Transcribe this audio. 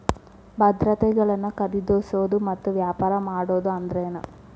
ಭದ್ರತೆಗಳನ್ನ ಖರೇದಿಸೋದು ಮತ್ತ ವ್ಯಾಪಾರ ಮಾಡೋದ್ ಅಂದ್ರೆನ